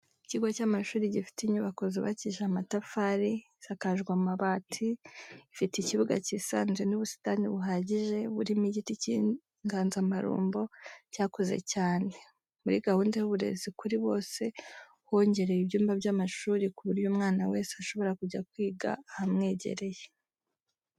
Ikigo cy'amashuri gifite inyubako zubakishije amatafari a isakajwe amabati, ifite ikibuga cyisanzuye n'ubusitani buhagije burimo igiti cy'inganzamarumbo cyakuze cyane. Muri gahunda y'uburezi kuri bose hongerewe ibyumba by'amashuri ku buryo umwana wese ashobora kujya kwiga ahamwegereye.